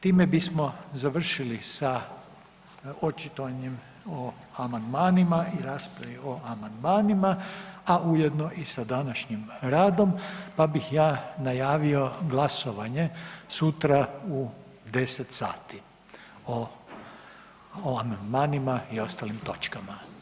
Time bismo završili sa očitovanjem o amandmanima i raspravi o amandmanima, a ujedno i sa današnjim radom, pa bih ja najavio glasovanje sutra u 10 sati o amandmanima i ostalim točkama.